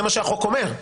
זה מה שהחוק אומר.